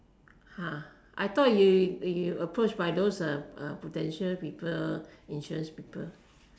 I thought you approach by those prudential people insurance people